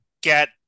get